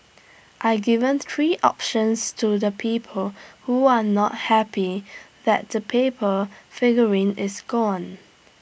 I've given three options to the people who are not happy that the paper figurine is gone